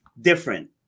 Different